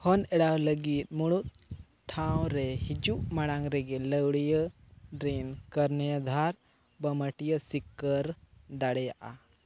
ᱦᱚᱱ ᱮᱲᱟᱣ ᱞᱟᱹᱜᱤᱫ ᱢᱩᱬᱩᱫ ᱴᱷᱟᱶ ᱨᱮ ᱦᱤᱡᱩᱜ ᱢᱟᱲᱟᱝ ᱨᱮᱜᱮ ᱞᱟᱹᱣᱲᱤᱭᱟᱹ ᱨᱮᱱ ᱠᱚᱨᱱᱚᱭᱫᱷᱟᱨ ᱵᱟᱢᱟᱴᱤᱭᱟᱹ ᱥᱤᱠᱠᱟᱨ ᱫᱟᱲᱮᱭᱟᱜᱼᱟ